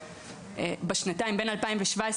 בשנתיים האלה,